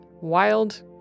wild